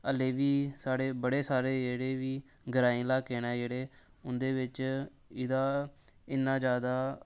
हल्ले बी साढ़े बड़े सारे जेह्ड़े बी ग्राईं ल्हाके ने जेह्ड़े उं'दे बिच्च इ'दा इ'न्ना जैदा